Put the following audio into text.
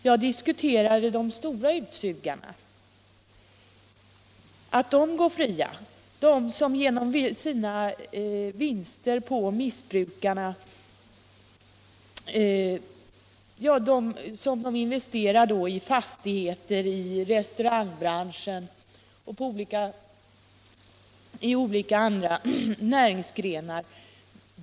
Jag kritiserade att de stora utsugarna går fria, alltså de som gör stora vinster på missbrukarna och sedan investerar pengarna i fastigheter eller i restaurangrörelser och andra näringsgrenar.